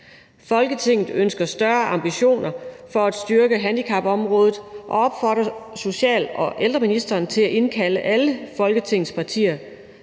Folketinget ønsker større ambitioner for at styrke handicapområdet og opfordrer social- og ældreministeren til at indkalde alle folketingets partier